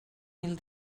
mil